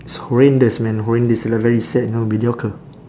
it's horrendous man horrendous like very sad you know mediocre